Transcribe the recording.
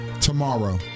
tomorrow